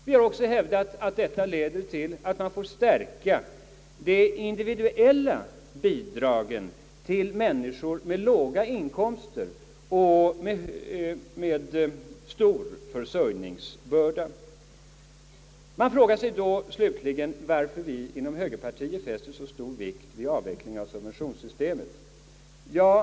Vi har också hävdat att detta leder till att man får stärka de individuella bidragen till människor med låga inkomster och stor försörjningsbörda. Man frågar sig då slutligen, varför vi inom högerpartiet fäster så stor vikt vid att subventionssystemet avvecklas.